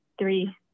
three